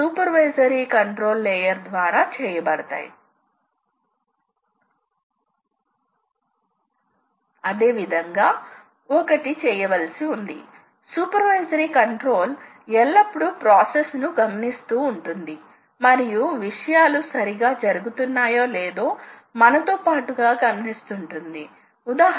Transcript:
కొన్నిసార్లు మీరు ఒక రోజుకు ఒక యంత్రాన్ని ప్రోగ్రామ్ చేసి ఒకేసారి తగినంత వర్క్ మెటీరియల్ తో ఫీడ్ చేసి ఆపై ఎలాంటి పర్యవేక్షణ లేదా ఎలాంటి ఆపరేటింగ్ పర్సనల్ లేకుండా రోజంతా దీన్ని నడుపుతారు ఈ యంత్రాలు ఒకదాని తరువాత ఒకటి భాగాలను తయారు చేయగలవు అవి పనికిరాని సమయాన్ని తగ్గిస్తాయి